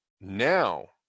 now